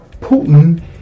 Putin